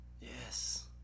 Yes